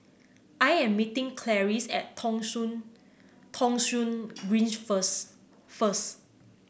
I am meeting Clarice at Thong Soon Thong Soon Green first first